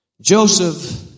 Joseph